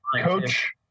coach